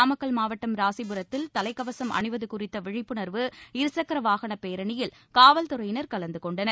நாமக்கல் மாவட்டம் ராசிபுரத்தில் தலைக்கவசம் அணிவது குறித்த விழிப்புணர்வு இருசக்கர வாகனப் பேரணியில் காவல்துறையினர் கலந்து கொண்டனர்